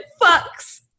fucks